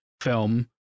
film